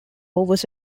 was